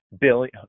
billion